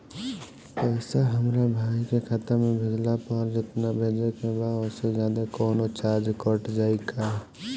पैसा हमरा भाई के खाता मे भेजला पर जेतना भेजे के बा औसे जादे कौनोचार्ज कट जाई का?